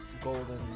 Golden